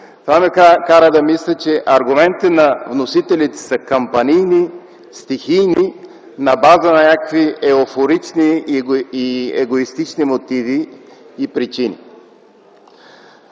Това ме кара да мисля, че аргументите на вносителите са кампанийни, стихийни, на база на някакви еуфорични и егоистични мотиви и причини.